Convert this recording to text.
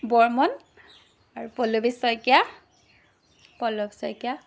বৰ্মন আৰু পল্লবী শইকীয়া পল্লৱ শইকীয়া